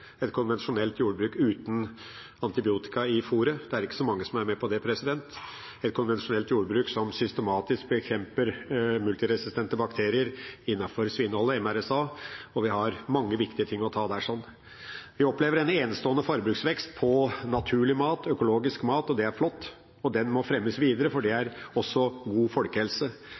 et konvensjonelt jordbruk uten antibiotika i fôret – det er ikke så mange som er med på det – et konvensjonelt jordbruk som systematisk bekjemper multiresistente bakterier, MRSA, innenfor svineholdet. Vi har mange viktige saker. Jeg opplever en enestående forbruksvekst for naturlig mat, økologisk mat – og det er flott. Det må fremmes videre, for det gir også god folkehelse.